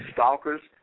Stalkers